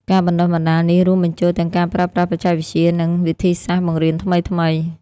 ការបណ្តុះបណ្តាលនេះរួមបញ្ចូលទាំងការប្រើប្រាស់បច្ចេកវិទ្យា និងវិធីសាស្ត្របង្រៀនថ្មីៗ។